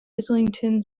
islington